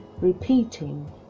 repeating